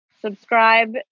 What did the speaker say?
subscribe